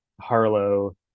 Harlow